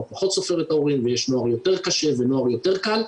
פחות "סופר" את ההורים ויש נוער יותר קשה ונוער יותר קל,